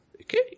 Okay